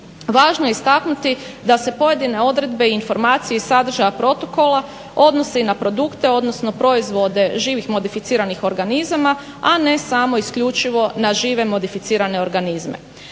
Važno je istaknuti da se pojedine odredbe, informacije iz sadržaja protokola odnosi na produkte odnosno proizdovde živih modificiranih organizama a ne samo isključivo na žive modificirane organizme.